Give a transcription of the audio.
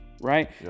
Right